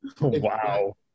Wow